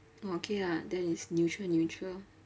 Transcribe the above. oh okay ah then it's neutral neutral